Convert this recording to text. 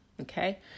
Okay